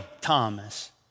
Thomas